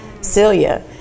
Celia